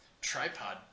tripod